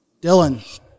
Dylan